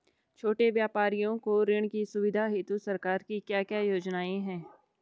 छोटे व्यापारियों को ऋण की सुविधा हेतु सरकार की क्या क्या योजनाएँ हैं?